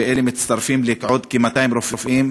ואלה מצטרפים לעוד כ-200 רופאים,